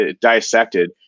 dissected